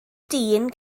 dyn